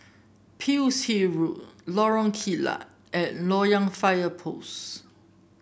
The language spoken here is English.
Pearl's Hill Road Lorong Kilat and Loyang Fire Post